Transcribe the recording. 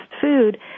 food